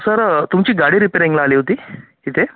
sir तुमची गाडी रिपेरिंगला आली होती इथे